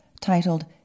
titled